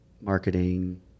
marketing